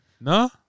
no